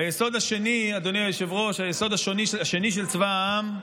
היסוד השני של צבא העם,